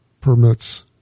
permits